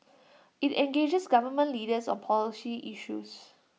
IT engages government leaders on policy issues